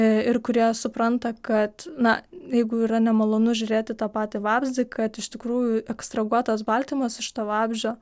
ir kurie supranta kad na jeigu yra nemalonu žiūrėt į tą patį vabzdį kad iš tikrųjų ekstrahuotas baltymas iš to vabzdžio